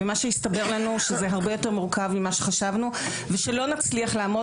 הסתבר לנו שזה הרבה יותר מורכב ממה שחשבנו ושלא נצליח לעמוד